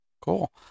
Cool